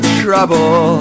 trouble